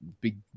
big